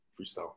freestyle